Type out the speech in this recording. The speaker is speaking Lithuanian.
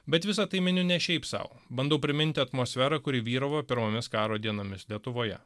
bet visa tai miniu ne šiaip sau bandau priminti atmosferą kuri vyravo pirmomis karo dienomis lietuvoje